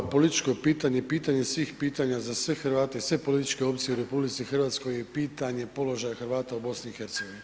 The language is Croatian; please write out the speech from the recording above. Političko pitanje je pitanje svih pitanja za sve Hrvate i sve političke opcije u RH je pitanje položaja Hrvata u BiH.